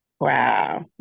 Wow